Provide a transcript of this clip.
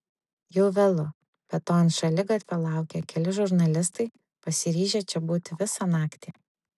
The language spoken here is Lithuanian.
jau vėlu be to ant šaligatvio laukia keli žurnalistai pasiryžę čia būti visą naktį